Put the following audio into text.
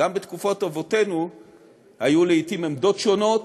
גם בתקופות אבותינו היו לעתים עמדות שונות